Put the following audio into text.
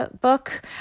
book